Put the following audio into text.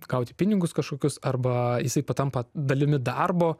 gauti pinigus kažkokius arba jisai tampa dalimi darbo